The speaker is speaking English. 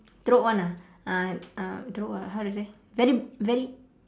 teruk one ah teruk how to say very very